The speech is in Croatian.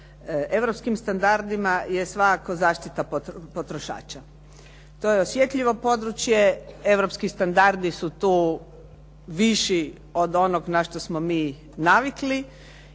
europskim standardima je svakako zaštita potrošača. To je osjetljivo područje, europski standardi su tu viši od onog na što smo mi navikli